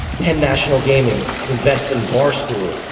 penn national gaming, invest in bar stool.